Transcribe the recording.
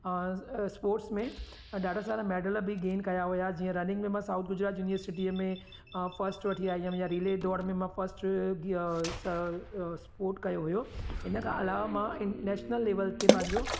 अ sports में ॾाढा सारा मेडल बि गेन कया हुया जीअं रनिंग में मां साऊथ गुजरात यूनिवर्सिटीअ में फर्स्ट वठी आई हुयमि या रिले दौड़ में मां फर्स्ट गिअ स स्पोर्त कयो हुयो हिन खां अलावा मां नेशनल लेवल ते पंहिंजो